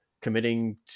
committing